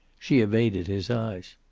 she evaded his eyes.